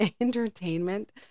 entertainment